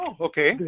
okay